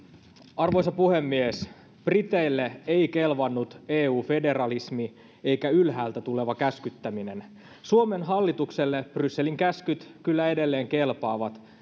arvoisa puhemies briteille ei kelvannut eu federalismi eikä ylhäältä tuleva käskyttäminen suomen hallitukselle brysselin käskyt kyllä edelleen kelpaavat